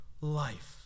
life